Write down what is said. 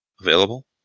available